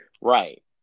right